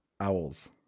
owls